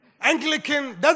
Anglican